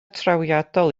trawiadol